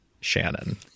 Shannon